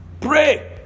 Pray